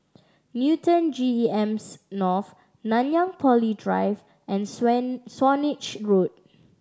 Newton GEM's North Nanyang Poly Drive and Swan Swanage Road